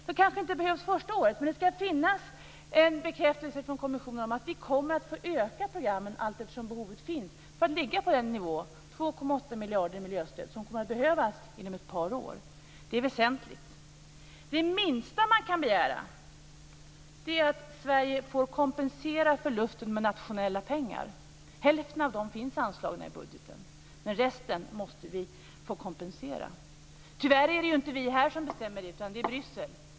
Det kanske inte behövs första året, men det ska finnas en bekräftelse från kommissionen om att vi kommer att få öka programmen allteftersom behovet finns för att ligga på nivån 2,8 miljarder i miljöstöd, som kommer att behövas inom ett par år. Det är väsentligt. Det minsta man kan begära är att Sverige får kompensera förlusten med nationella pengar. Hälften av dessa finns anslagna i budgeten, men resten måste vi få kompensation för. Tyvärr är det ju inte vi här som bestämmer detta, utan det är Bryssel.